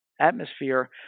atmosphere